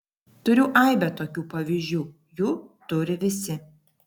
turiu aibę tokių pavyzdžių jų turi visi